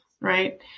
right